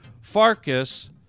Farkas